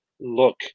look